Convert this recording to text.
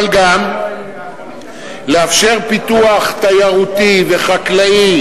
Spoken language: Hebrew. אבל גם לאפשר פיתוח תיירותי וחקלאי,